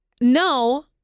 no